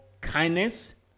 kindness